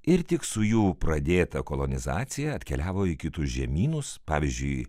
ir tik su jų pradėta kolonizacija atkeliavo į kitus žemynus pavyzdžiui